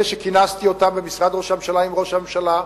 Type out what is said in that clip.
אלה שכינסתי אותם במשרד ראש הממשלה עם ראש הממשלה,